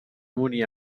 morir